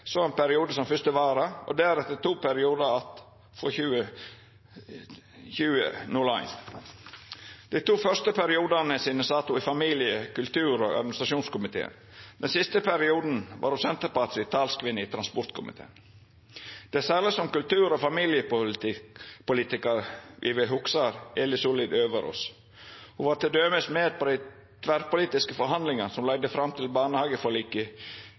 så ein periode som første vararepresentant og deretter to periodar frå 2001. Dei to fyrste periodane sine sat ho i familie-, kultur- og administrasjonskomiteen. Den siste perioden var ho talskvinne for Senterpartiet i transportkomiteen. Det er særleg som kultur- og familiepolitikar me vil hugsa Eli Sollied Øveraas. Ho var til dømes med på dei tverrpolitiske forhandlingane som leidde fram til barnehageforliket